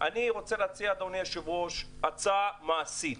אני רוצה להציע צעד מעשי: